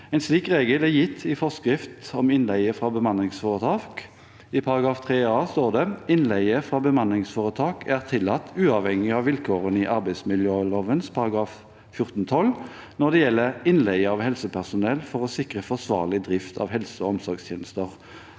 En slik regel er gitt i forskrift om innleie fra bemanningsforetak. I § 3 a står det: «Innleie fra bemanningsforetak er tillatt uavhengig av vilkårene i arbeidsmiljøloven § 14-12 når det gjelder: a. Innleie av helsepersonell for å sikre forsvarlig drift av helse- og omsorgstjenester.»